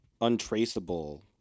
untraceable